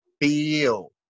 feel